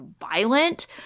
violent